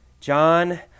John